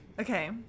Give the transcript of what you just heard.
Okay